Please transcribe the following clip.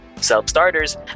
Self-starters